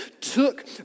took